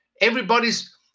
everybody's